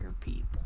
People